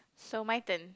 so my turn